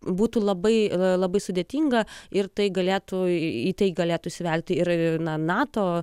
būtų labai labai sudėtinga ir tai galėtų į tai galėtų įsivelti ir nato